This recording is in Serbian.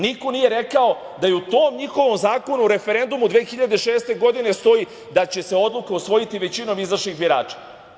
Niko nije rekao da u tom njihovom Zakonu o referendumu iz 2006. godine stoji da će se odluka usvojiti većinom izašlih birača.